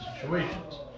situations